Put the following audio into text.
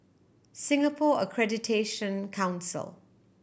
Singapore Accreditation Council